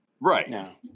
right